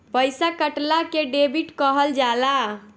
पइसा कटला के डेबिट कहल जाला